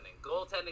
goaltending